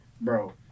bro